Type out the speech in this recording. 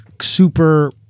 super